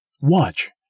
Watch